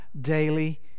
daily